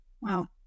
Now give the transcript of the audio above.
wow